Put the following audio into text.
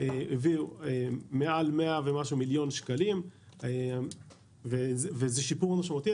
הביאו יותר מ-100 מיליון שקלים וזה שיפור משמעותי.